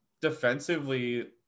defensively